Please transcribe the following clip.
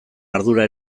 ardura